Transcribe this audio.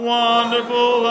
wonderful